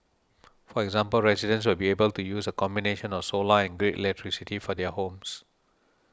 for example residents will be able to use a combination of solar and grid electricity for their homes